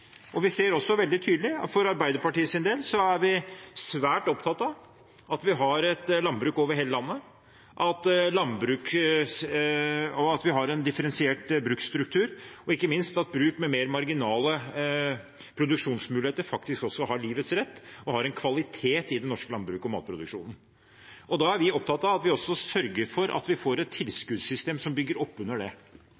er vi svært opptatt av at vi har et landbruk over hele landet, at vi har en differensiert bruksstruktur, og ikke minst at bruk med mer marginale produksjonsmuligheter også har livets rett og har en kvalitet i den norske landbruks- og matproduksjonen. Da er vi opptatt av at vi også sørger for at vi får et